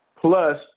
Plus